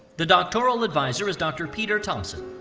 the doctoral advisor is dr. peter thompson.